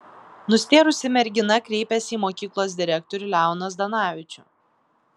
nustėrusi mergina kreipėsi į mokyklos direktorių leoną zdanavičių